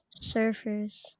Surfers